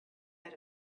out